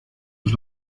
los